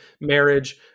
marriage